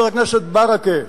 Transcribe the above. חבר הכנסת ברכה,